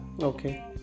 Okay